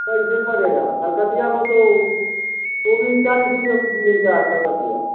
कैसे पड़ेगा कलकतिया को तो वो भी चालीस रुपए मिलता है कलकतिया